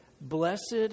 Blessed